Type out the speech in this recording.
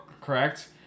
Correct